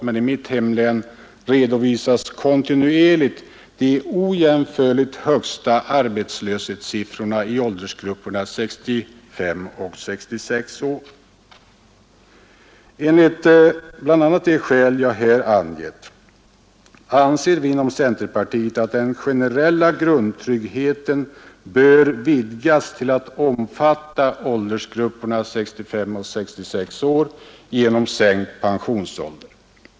men i mitt hemlän redovisas kontinuerligt de ojämförligt högsta arbetslöshets Med hänsyn till bl.a. de skäl som jag här angivit anser vi inom centerpartiet att den generella grundtryggheten bör vidgas till att omfatta åldersgrupperna 65 och 66 är genom sänkt pensionsålder.